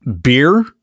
beer